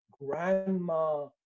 grandma